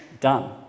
done